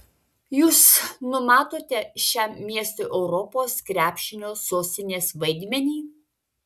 jūs numatote šiam miestui europos krepšinio sostinės vaidmenį